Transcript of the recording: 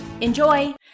Enjoy